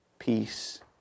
peace